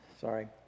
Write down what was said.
Sorry